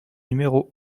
numéro